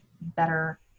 better